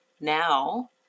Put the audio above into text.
now